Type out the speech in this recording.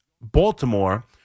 Baltimore